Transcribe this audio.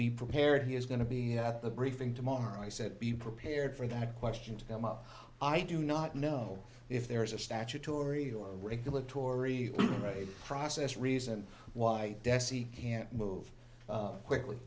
be prepared he is going to be at the briefing tomorrow i said be prepared for that question to them out i do not know if there is a statutory or regulatory process reason why dessie can't move quickly